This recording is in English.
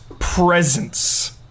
Presence